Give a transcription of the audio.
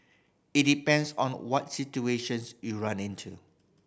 it depends on what situations you run into